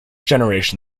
generation